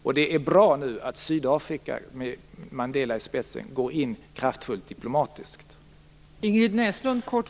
Det är nu bra att Sydafrika med Mandela i spetsen går in kraftfullt diplomatiskt.